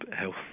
health